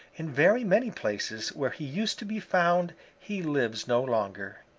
in very many places where he used to be found he lives no longer.